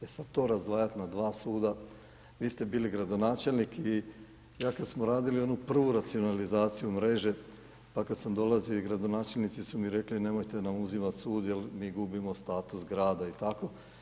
E sada to razdvajati na 2 suda, vi ste bili gradonačelnik, vi, ja kada smo radili onu prvu racionalizaciju mreže, pa kada sam dolazio i gradonačelnici su nam rekli, nemojte nam uzimati sud, jer mi gubimo status grada i tako.